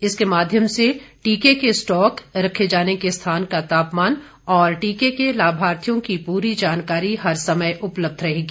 इसके माध्यम से टीके के स्टॉक रखे जाने के स्थान का तापमान और टीके के लाभार्थियों की पूरी जानकारी हर समय उपलब्ध रहेगी